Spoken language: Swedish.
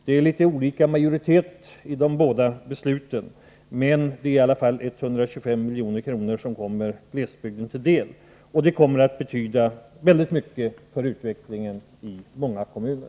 Det är litet olika majoriteter bakom de båda besluten, men det är 125 milj.kr. som kommer glesbygden till del. Det kommer att betyda en hel del för utvecklingen i många kommuner.